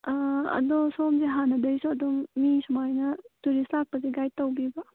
ꯑꯥꯗꯣ ꯁꯣꯝꯁꯦ ꯍꯥꯟꯅꯗꯩꯁꯨ ꯑꯗꯨꯝ ꯃꯤ ꯁꯨꯃꯥꯏꯅ ꯇꯨꯔꯤꯁ ꯂꯥꯛꯄꯗ ꯒꯥꯏꯗ ꯇꯧꯕꯤꯕ꯭ꯔꯣ